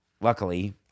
Luckily